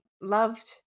loved